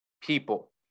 People